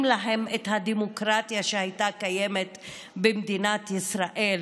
להם את הדמוקרטיה שהייתה קיימת במדינת ישראל